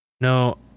No